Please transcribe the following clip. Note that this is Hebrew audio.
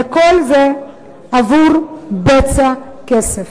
וכל זה עבור בצע כסף.